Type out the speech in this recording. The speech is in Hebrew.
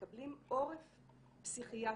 מקבלים עורף פסיכיאטרי,